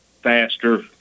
faster